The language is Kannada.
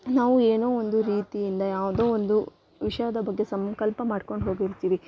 ನಾವು ಏನೋ ಒಂದು ರೀತಿಯಿಂದ ಯಾವುದೋ ಒಂದು ವಿಷಯದ ಬಗ್ಗೆ ಸಂಕಲ್ಪ ಮಾಡ್ಕೊಂಡು ಹೋಗಿರ್ತೀವಿ